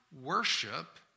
worship